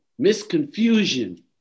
misconfusion